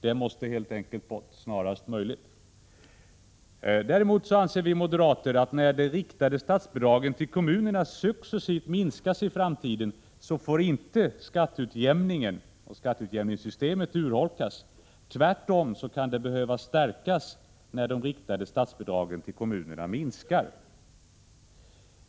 Den måste helt enkelt bort snarast möjligt. Däremot anser vi moderater att när de riktade statsbidragen till kommunerna successivt minskas i framtiden, får inte skatteutjämningssystemet 11 urholkas. Tvärtom kan det behöva stärkas när de riktade statsbidragen till kommunerna minskar.